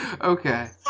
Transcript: Okay